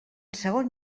segon